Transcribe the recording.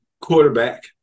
quarterback